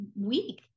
week